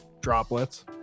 droplets